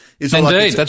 Indeed